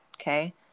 Okay